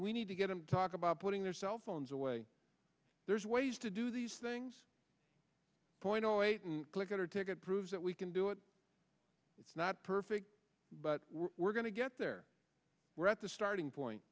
we need to get him to talk about putting their cellphones away there's ways to do these things point zero eight and click it or ticket proves that we can do it it's not perfect but we're going to get there we're at the starting point